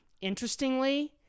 Interestingly